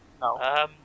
No